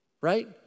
right